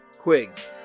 Quigs